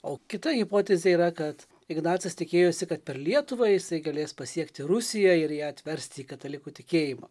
o kita hipotezė yra kad ignacas tikėjosi kad per lietuvą jisai galės pasiekti rusiją ir ją atversti į katalikų tikėjimą